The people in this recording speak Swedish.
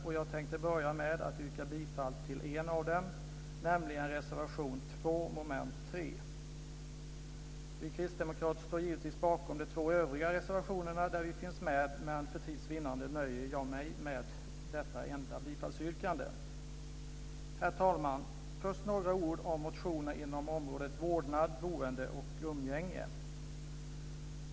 Jag tänkte börja med att yrka bifall till en av dessa, nämligen reservation 2 under mom. 3. Vi kristdemokrater står givetvis bakom också de två övriga reservationerna där vi finns med, men för tids vinnande nöjer jag mig med detta enda bifallsyrkande. Herr talman! Först några ord om motioner inom området Vårdnad, boende och umgänge.